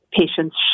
patients